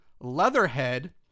Leatherhead